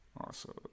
Awesome